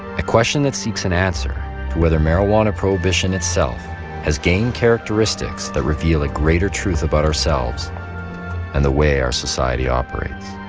a question that seeks an answer to whether marijuana prohibition itself has gained characteristics that reveal a greater truth about ourselves and the way our society operates.